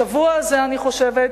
השבוע הזה, אני חושבת,